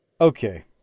Okay